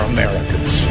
Americans